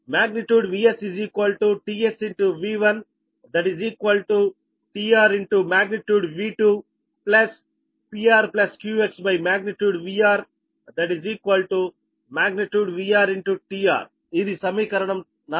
|VS| tSV1tR|V2| this PRQX |VR| |VR|tR ఇది సమీకరణం 41